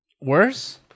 Worse